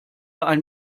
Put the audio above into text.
ein